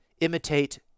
imitate